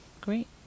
Great